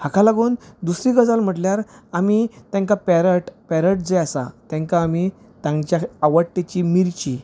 हाका लागुन दुसरी गजाल म्हटल्यार आमी तेंका पेरट पेरट जे आसा तेंका आमी तांची आवडटीची मिर्ची